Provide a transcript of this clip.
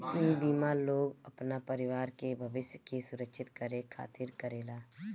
इ बीमा लोग अपना परिवार के भविष्य के सुरक्षित करे खातिर करेला